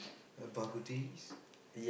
uh bak-kut-teh